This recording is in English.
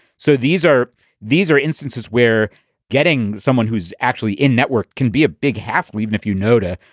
so these are these are instances where getting someone who is actually in-network can be a big hassle, even if you notah,